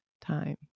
time